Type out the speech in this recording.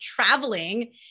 traveling